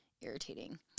irritating